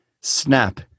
Snap